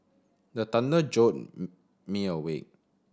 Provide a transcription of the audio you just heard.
the thunder jolt me awake